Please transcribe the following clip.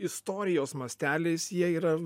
istorijos masteliais jie yra